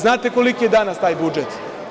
Znate li koliki je danas taj budžet?